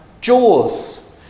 jaws